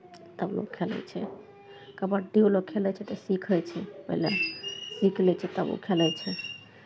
तब लोक खेलै छै कबड्डियो लोक खेलै छै तऽ सीखै छै पहिले सीख लै छै तब ओ खेलै छै